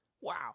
Wow